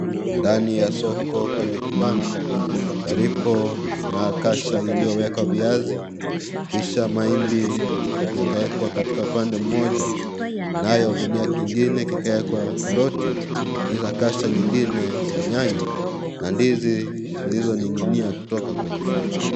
Ndani ya soko kwenye kibanda, palipo na kasha iliowekwa viazi, kisha mahindi yakawekwa katika pande moja nayo gunia kingine kikawekwa karoti, kisha kasha lingine la nyanya na ndizi zilizoninginia kutoka kwenye paa.